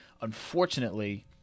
unfortunately